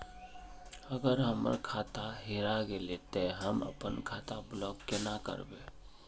अगर हमर खाता हेरा गेले ते हम अपन खाता ब्लॉक केना करबे?